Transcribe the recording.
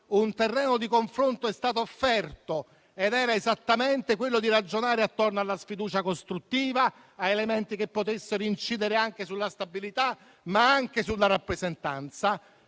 un terreno di confronto è stato offerto ed era esattamente quello di ragionare attorno alla sfiducia costruttiva, ad elementi che potessero incidere sulla stabilità ma anche sulla rappresentanza;